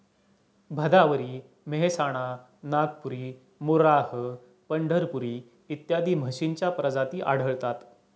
भदावरी, मेहसाणा, नागपुरी, मुर्राह, पंढरपुरी इत्यादी म्हशींच्या प्रजाती आढळतात